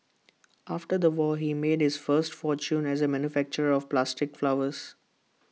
after the war he made his first fortune as A manufacturer of plastic flowers